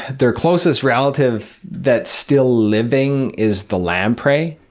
their closest relative that still living is the lamprey.